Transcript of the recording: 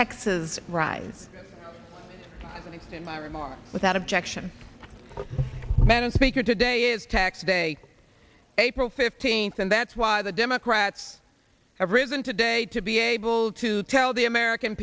texas rise in my remarks without objection madam speaker today is tax day april fifteenth and that's why the democrats have risen today to be able to tell the american